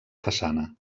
façana